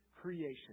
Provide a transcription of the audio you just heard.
creation